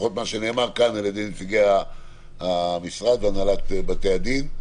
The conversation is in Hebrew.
לפחות לפי מה שנאמר כאן על ידי נציגי המשרד והנהלת בתי הדין,